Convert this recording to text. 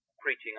preaching